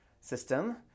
system